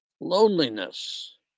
loneliness